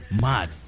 Mad